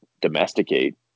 domesticate